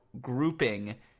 grouping